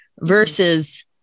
versus